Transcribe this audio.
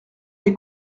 les